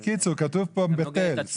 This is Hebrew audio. בקיצור, כתוב פה: "בטל".